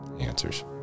answers